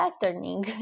patterning